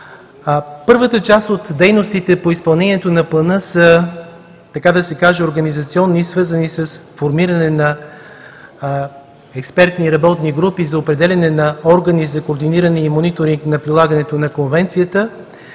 Първата част от дейностите по изпълнението на Плана са, така да се каже, организационни, свързани с формиране на експертни работни групи за определяне на органи за координиране и мониторинг на прилагането на Конвенцията